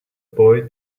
boy